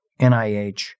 NIH